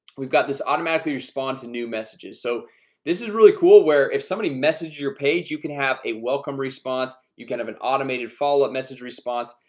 we've got this automatically respond to new messages so this is really cool where if somebody messaged your page you can have a welcome response you can have an automated follow-up message response.